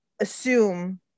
assume